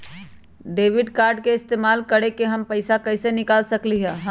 Debit card के इस्तेमाल करके हम पैईसा कईसे निकाल सकलि ह?